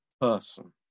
person